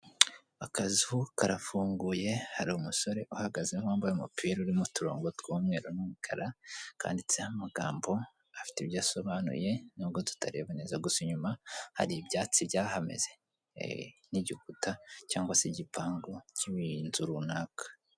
Akazu karafunguye hari umusore uhagazemo wambaye umupira urimo uturongo tw'umweru n'umukara, kanditseho amagambo afite ibyo asobanuye n'ubwo tutareba neza, gusa inyuma hari ibyatsi byahameze n'igikuta cyangwa se igipangu cy'inzu runaka.